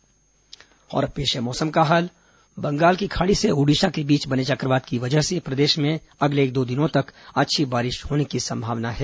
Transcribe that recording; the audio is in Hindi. मौसम और अब पेश है मौसम का हाल बंगाल की खाड़ी से ओडिशा के बीच बने चक्रवात की वजह से प्रदेश में अगले एक दो दिनों तक अच्छी बारिश होने की संभावना है